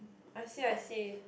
I see I see